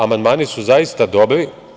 Amandmani su zaista dobri.